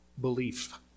Belief